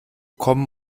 kommen